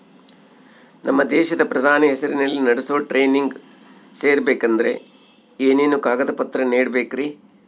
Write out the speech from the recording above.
ನಮ್ಮ ದೇಶದ ಪ್ರಧಾನಿ ಹೆಸರಲ್ಲಿ ನಡೆಸೋ ಟ್ರೈನಿಂಗ್ ಸೇರಬೇಕಂದರೆ ಏನೇನು ಕಾಗದ ಪತ್ರ ನೇಡಬೇಕ್ರಿ?